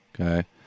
okay